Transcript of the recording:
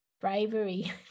bravery